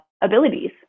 abilities